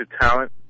talent